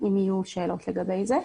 אם יהיו שאלות לגבי זה.